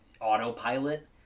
autopilot